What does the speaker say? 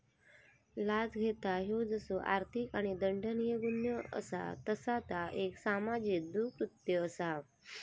लाच घेणा ह्यो जसो आर्थिक आणि दंडनीय गुन्हो असा तसा ता एक सामाजिक दृष्कृत्य असा